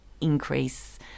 increase